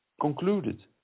concluded